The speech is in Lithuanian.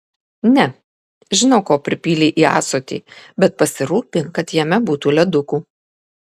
ne žinau ko pripylei į ąsotį bet pasirūpink kad jame būtų ledukų